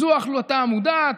זו החלטה מודעת.